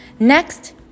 Next